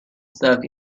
stuck